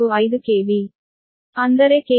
ಅಂದರೆ B ಹೊಸದು ಅಂದರೆ 9